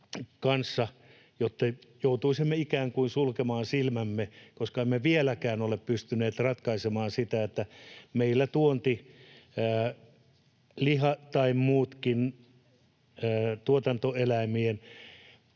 kanssa, joutuisimme ikään kuin sulkemaan silmämme, koska emme vieläkään ole pystyneet ratkaisemaan sitä, että meillä tuonnissa liha- tai muidenkaan tuotantoeläimien